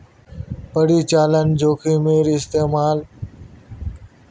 परिचालन जोखिमेर इस्तेमाल गैर वित्तिय क्षेत्रेर तनेओ कराल जाहा